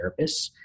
therapists